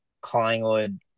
Collingwood